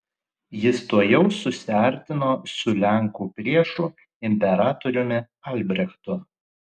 jis tuojau susiartino su lenkų priešu imperatoriumi albrechtu